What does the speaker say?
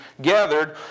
gathered